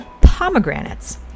pomegranates